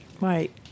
Right